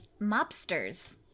mobsters